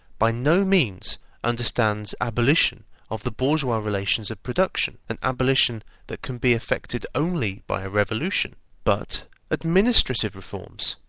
by no means understands abolition of the bourgeois relations of production, an abolition that can be effected only by a revolution, but administrative reforms,